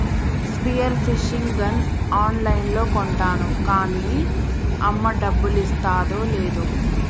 spear fishing gun on లైన్లో కొంటాను కాన్నీ అమ్మ డబ్బులిస్తాదో లేదో